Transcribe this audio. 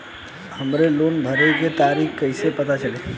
हमरे लोन भरे के तारीख कईसे पता चली?